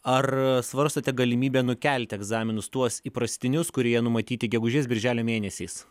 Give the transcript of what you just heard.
ar svarstote galimybę nukelti egzaminus tuos įprastinius kurie numatyti gegužės birželio mėnesiais